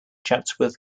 chatsworth